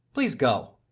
please go.